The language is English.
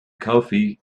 coffee